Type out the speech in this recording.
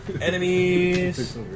Enemies